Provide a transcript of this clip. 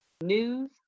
News